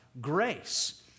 grace